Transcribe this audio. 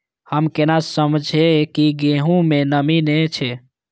हम केना समझये की गेहूं में नमी ने छे?